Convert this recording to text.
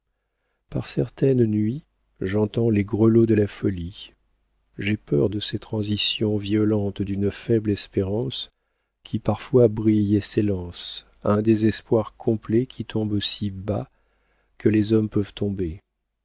par certaines nuits j'entends les grelots de la folie j'ai peur de ces transitions violentes d'une faible espérance qui parfois brille et s'élance à un désespoir complet qui tombe aussi bas que les hommes peuvent tomber